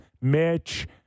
Mitch